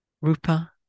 Rupa